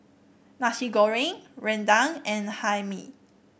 Nasi Goreng rendang and Hae Mee